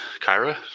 Kyra